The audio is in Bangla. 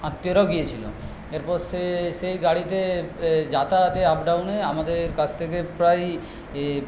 আত্মীয়রাও গিয়েছিল এরপর সে সেই গাড়িতে যাতায়াতে আপ ডাউনে আমাদের কাছ থেকে প্রায়